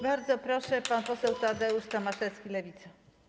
Bardzo proszę, pan poseł Tadeusz Tomaszewski, Lewica.